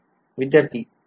विध्यार्थी ते